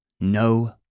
No